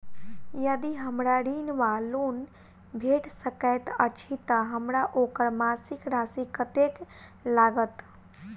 यदि हमरा ऋण वा लोन भेट सकैत अछि तऽ हमरा ओकर मासिक राशि कत्तेक लागत?